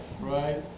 Right